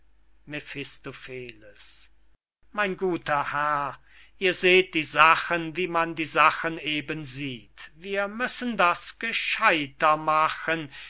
mein guter herr ihr seht die sachen wie man die sachen eben sieht wir müssen das gescheidter machen